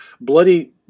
bloody